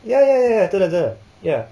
ya ya ya 真的真的